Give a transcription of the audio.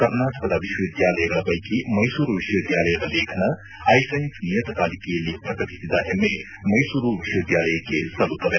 ಕರ್ನಾಟಕದ ವಿಶ್ವವಿದ್ಯಾಲಯಗಳ ಪೈಕಿ ಮೈಸೂರು ವಿಶ್ವವಿದ್ಯಾಲಯದ ಲೇಖನ ಐಸೈನ್ಸ್ ನಿಯತಕಾಲಿಕೆಯಲ್ಲಿ ಪ್ರಕಟಿಸಿದ ಹೆಮ್ಮೆ ಮೈಸೂರು ವಿಶ್ವವಿದ್ಯಾಲಯಕ್ಕೆ ಸಲ್ಲುತ್ತದೆ